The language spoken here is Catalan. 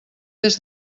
des